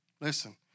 Listen